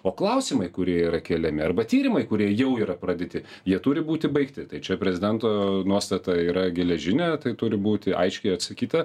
o klausimai kurie yra keliami arba tyrimai kurie jau yra pradėti jie turi būti baigti tai čia prezidento nuostata yra geležinė tai turi būti aiškiai atsakyta